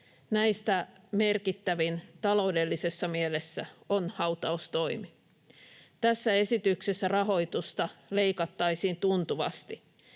Näistä taloudellisessa mielessä merkittävin on hautaustoimi. Tässä esityksessä rahoitusta leikattaisiin tuntuvasti.